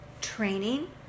training